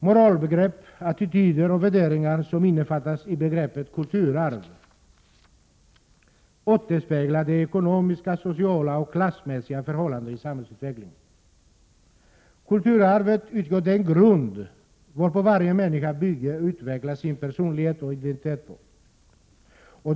Moralbegrepp, attityder och värderingar som innefattas i begreppet kulturarv återspeglar de ekonomiska, sociala och klassmässiga förhållandena i samhällsutvecklingen. Kulturarvet utgör den grund varpå varje människa bygger och utvecklar sin personlighet och identitet.